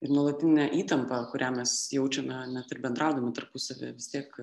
ir nuolatinė įtampa kurią mes jaučiame net ir bendraudami tarpusavyje vis tiek